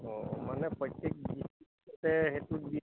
অঁ মানে প্ৰত্যেক